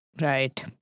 Right